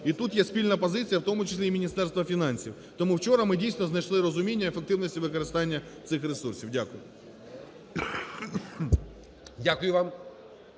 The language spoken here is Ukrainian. І тут є спільна позиція, в тому числі і Міністерства фінансів. Тому вчора ми, дійсно, знайшли розуміння ефективності використання цих ресурсів. Дякую. ГОЛОВУЮЧИЙ.